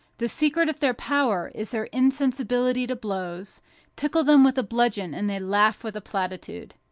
the secret of their power is their insensibility to blows tickle them with a bludgeon and they laugh with a platitude.